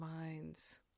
minds